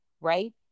right